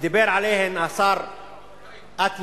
שדיבר עליהן השר אטיאס,